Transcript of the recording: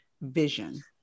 vision